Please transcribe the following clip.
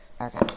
Okay